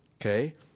Okay